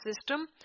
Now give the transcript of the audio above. system